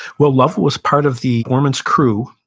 well lovell was part of the, borman's crew.